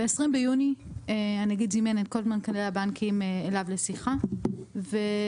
ב-20 ביוני הנגיד זימן את כל מנכ"לי הבנקים אליו לשיחה ושוחח